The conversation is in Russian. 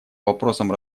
вопросам